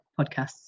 podcasts